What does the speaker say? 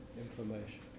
information